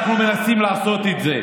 ולכן, אנחנו מנסים לעשות את זה.